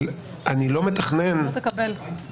גם לא תקבל.